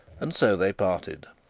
and so they parted.